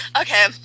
Okay